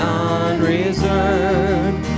unreserved